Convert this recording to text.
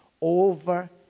over